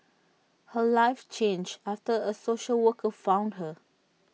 her life changed after A social worker found her